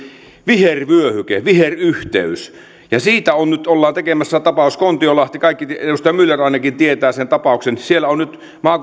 vihervyöhyke viheryhteys siitä ollaan nyt tekemässä tapaus kontiolahti ja kaikki tietävät sen tapauksen edustaja myller ainakin siellä on nyt